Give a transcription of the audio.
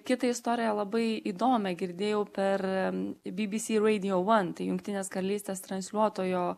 kitą istoriją labai įdomią girdėjau per bbc radio one tai jungtinės karalystės transliuotojo